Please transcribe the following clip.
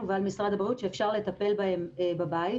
ועל משרד הבריאות ואפשר לטפל בהם בבית.